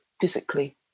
physically